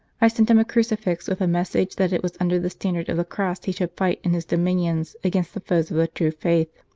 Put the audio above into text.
i sent him a crucifix, with a message that it was under the standard of the cross he should fight in his dominions against the foes of the true faith.